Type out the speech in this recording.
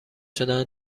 شدن